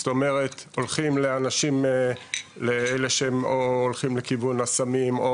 זאת אומרת הולכים לאנשים כאלו שהולכים לכיוון הסמים,